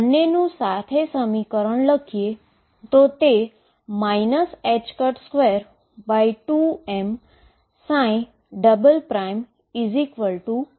તેથી ફરીથી potential symmetric V xVx છે અને તેથી આ કિસ્સામાં સોલ્યુશન એ સપ્રમાણ અથવા વિરોધી સપ્રમાણતા બનશે